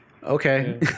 Okay